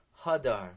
Hadar